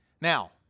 Now